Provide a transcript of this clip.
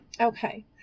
Okay